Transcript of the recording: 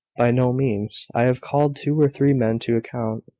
by no means. i have called two or three men to account,